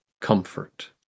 comfort